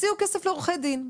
הוציאו כסף לעורכי דין.